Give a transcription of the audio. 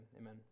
Amen